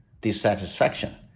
dissatisfaction